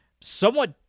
somewhat